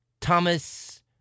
Thomas